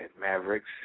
Mavericks